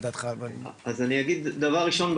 דבר ראשון,